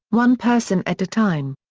one person at a time.